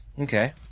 Okay